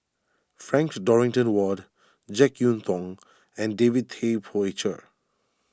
Frank Dorrington Ward Jek Yeun Thong and David Tay Poey Cher